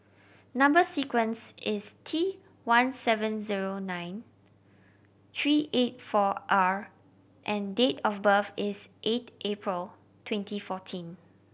number sequence is T one seven zero nine three eight four R and date of birth is eight April twenty fourteen